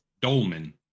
Dolman